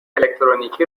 الکترونیکی